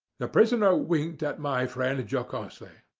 the prisoner winked at my friend and jocosely.